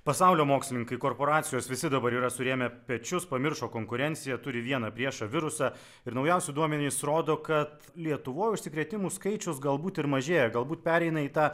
pasaulio mokslininkai korporacijos visi dabar yra surėmę pečius pamiršo konkurenciją turi vieną priešą virusą ir naujausi duomenys rodo kad lietuvoj užsikrėtimų skaičius galbūt ir mažėja galbūt pereina į tą